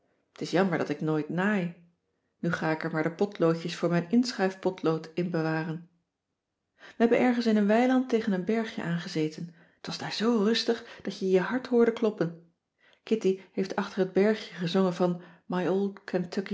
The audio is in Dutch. t is jammer dat ik nooit naai nu ga ik er maar de potloodjes voor mijn inschuifpotlood in cissy van marxveldt de h b s tijd van joop ter heul bewaren we hebben ergens in een weiland tegen een bergje aan gezeten t was daar zoo rustig dat je je hart hoorde kloppen kitty heeft achter het bergje gezongen van